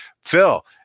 phil